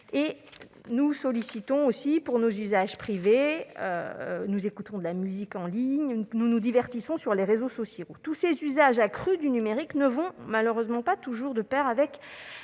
Nous sollicitons aussi ces services pour nos usages privés : nous écoutons de la musique en ligne, nous nous divertissons sur les réseaux sociaux. Ces usages accrus du numérique ne vont malheureusement pas toujours de pair avec